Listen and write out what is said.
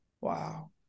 Wow